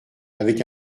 avec